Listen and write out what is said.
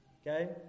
Okay